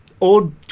old